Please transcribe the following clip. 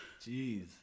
Jeez